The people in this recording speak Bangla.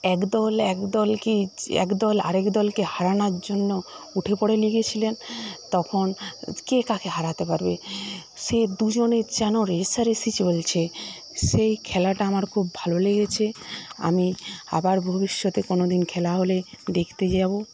একদল একদলকে একদল আরেকদলকে হারানোর জন্য উঠে পরে লেগেছিলেন তখন কে কাকে হারাতে পারবে সে দুজনের যেন রেষারেষি চলছে সেই খেলাটা আমার খুব ভালো লেগেছে আমি আবার ভবিষ্যতে কোনোদিন খেলা হলে দেখতে যাব